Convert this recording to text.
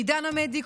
לעידן עמדי,